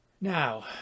Now